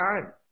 time